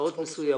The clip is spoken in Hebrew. הוצאות מסוימות.